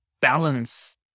balance